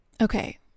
Okay